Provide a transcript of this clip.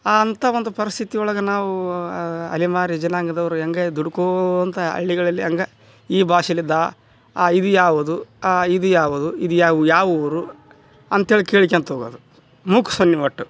ಆ ಅಂಥ ಒಂದು ಪರಿಸ್ಥಿತಿ ಒಳಗೆ ನಾವು ಅಲೆಮಾರಿ ಜನಾಂಗದವರು ಹೆಂಗೆ ದುಡ್ಕೋತಾ ಹಳ್ಳಿಗಳಲ್ಲಿ ಹಂಗ ಈ ಭಾಷೆಲಿದ್ದ ಇದು ಯಾವುದು ಇದು ಯಾವುದು ಇದು ಯಾವು ಯಾವ ಊರು ಅಂತೇಳಿ ಕೇಳ್ಕ್ಯಂತ ಹೋಗದು ಮೂಕ ಸನ್ನೆ ಒಟ್ಟು